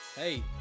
Hey